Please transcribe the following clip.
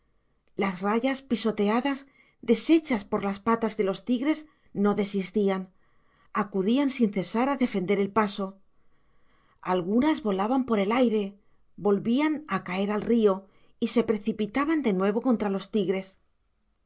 las rayas pisoteadas deshechas por las patas de los tigres no desistían acudían sin cesar a defender el paso algunas volaban por el aire volvían a caer al río y se precipitaban de nuevo contra los tigres